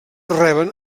reben